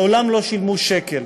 מעולם לא שילמו שקל.